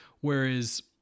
whereas